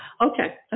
Okay